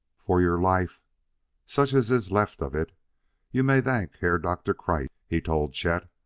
for your life such as is left of it you may thank herr doktor kreiss, he told chet.